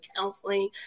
counseling